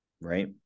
right